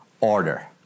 order